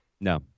No